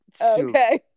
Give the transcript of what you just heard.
Okay